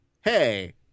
Hey